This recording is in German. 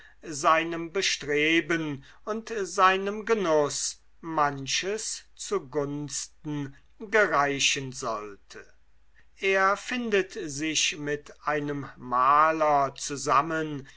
seinem bestreben und seinem genuß manches zu gunsten gereichen sollte er findet sich mit einem maler zusammen